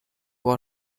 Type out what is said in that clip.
what